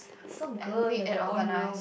so good you have your own room